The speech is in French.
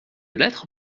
lettre